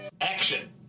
Action